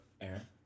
Aaron